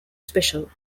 special